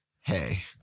hey